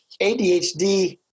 ADHD